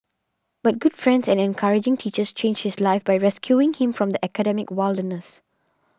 but good friends and encouraging teachers changed his life by rescuing him from the academic wilderness